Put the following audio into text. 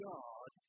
God